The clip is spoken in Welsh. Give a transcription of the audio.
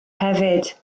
hefyd